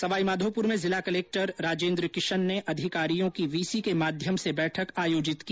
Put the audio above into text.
सवाईमाधोपुर में जिला कलक्टर राजेन्द्र किशन ने अधिकारियों की वीसी के माध्यम से बैठक आयोजित की